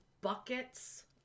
buckets